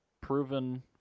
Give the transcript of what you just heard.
proven